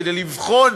כדי לבחון